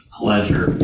pleasure